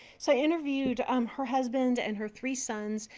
so i interviewed um her husband and her three sons,